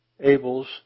Abel's